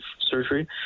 surgery